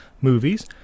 movies